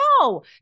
No